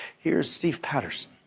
here's steve patterson.